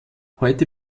heute